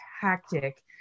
tactic